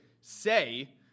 say